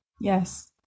Yes